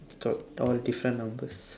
got all different numbers